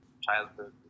childhood